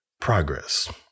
progress